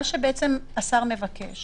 מה שהשר מבקש